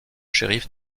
shérif